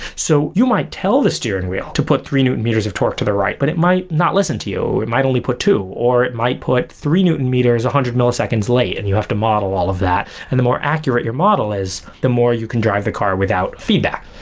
so you might tell the steering wheel to put three newton meters of torque to the right, but it might not listen to you, or it might only put two, or it might put three newton meters one hundred milliseconds late and you have to model all of that. and the more accurate your model is, the more you can drive the car without feedback.